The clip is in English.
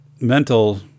mental